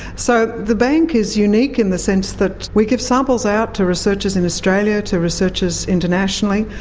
so the bank is unique in the sense that we give samples out to researchers in australia, to researchers internationally,